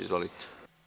Izvolite.